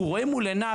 מה הוא רואה מול עיניו,